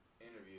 interview